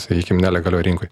sakykim nelegalioj rinkoj